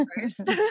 first